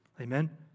Amen